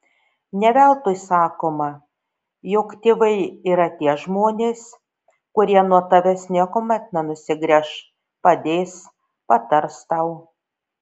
ne veltui sakoma jog tėvai yra tie žmonės kurie nuo tavęs niekuomet nenusigręš padės patars tau